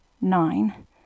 nine